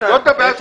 זאת הבעיה של